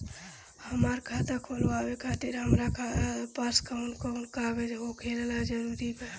हमार खाता खोलवावे खातिर हमरा पास कऊन कऊन कागज होखल जरूरी बा?